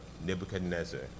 Nebuchadnezzar